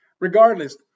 Regardless